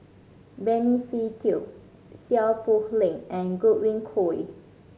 Benny Se Teo Seow Poh Leng and Godwin Koay